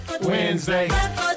Wednesday